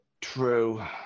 true